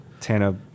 Tana